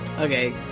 Okay